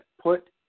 put